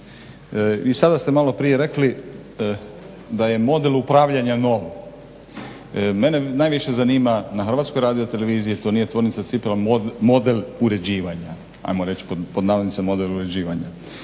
i sada ste malo prije rekli da je model upravljanja novi. Mene najviše zanima na HRT-u to nije tvornica cipela model uređivanja, ajmo reć pod navodnicima model uređivanja.